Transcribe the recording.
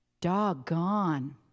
Doggone